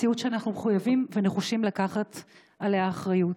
מציאות שאנחנו מחויבים ונחושים לקחת עליה אחריות.